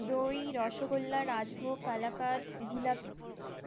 দই রসগোল্লা রাজভোগ কালাকাঁদ জিলিপি